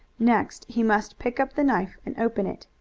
next he must pick up the knife and open it.